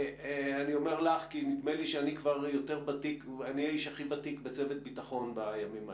אני אומר לך כי נדמה לי שאני האיש הכי ותיק בצוות ביטחון בימים האלה,